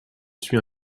suit